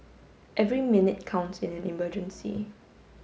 every minute counts in an emergency